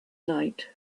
night